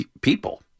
people